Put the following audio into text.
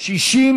לעצמאיות,